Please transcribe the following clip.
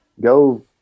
go